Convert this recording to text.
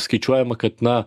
skaičiuojama kad na